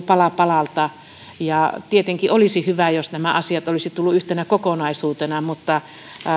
pala palalta tietenkin olisi ollut hyvä jos nämä asiat olisivat tulleet yhtenä kokonaisuutena mutta